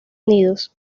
unidos